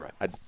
right